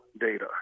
data